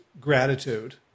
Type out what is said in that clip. gratitude